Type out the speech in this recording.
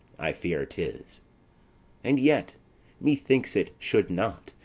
i fear it is and yet methinks it should not,